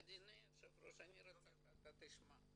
אדוני היושב ראש אני רוצה שתשמע.